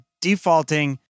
defaulting